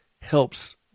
helps